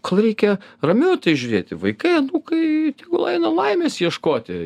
gal reikia ramiau į tai žiūrėti vaikai anūkai tegul aina laimės ieškoti